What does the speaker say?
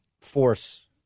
force